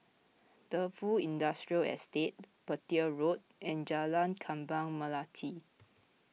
Defu Industrial Estate Petir Road and Jalan Kembang Melati